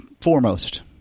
foremost